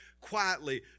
quietly